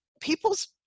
people's